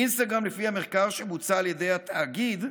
אינסטגרם, לפי המחקר שבוצע על ידי התאגיד,